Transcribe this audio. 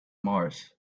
mars